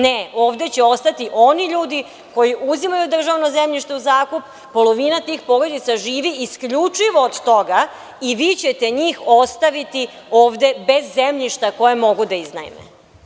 Ne, ovde će ostati oni ljudi koji uzimaju državno zemljište u zakup, polovina tih porodica živi isključivo od toga, i vi ćete njih ostaviti ovde bez zemljišta koje mogu da iznajme.